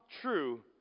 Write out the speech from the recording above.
true